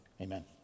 Amen